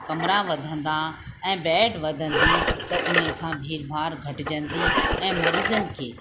कमरा वधंदा ऐं बैड वधंदी त उन सां भीड़ भाड़ घटिजंदी ऐं मरीज़नि खे